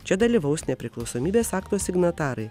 čia dalyvaus nepriklausomybės akto signatarai